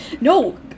No